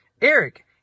Eric